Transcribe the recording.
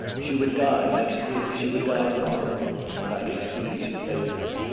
she would die next week, she would die tomorrow then i could seize her papers.